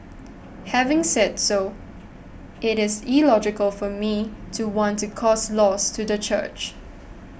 having said so it is illogical for me to want to cause loss to the church